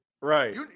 Right